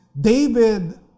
David